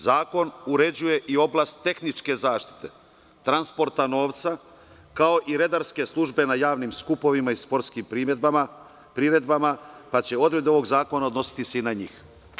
Zakon uređuje i oblast tehničke zaštite transporta novca, kao i redarske službe na javnim skupovima i sportskim priredbama, pa će se odredbe ovog zakona odnositi i na njih.